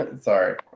Sorry